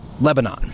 Lebanon